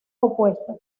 opuestas